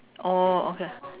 orh okay